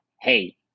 hey